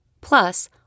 Plus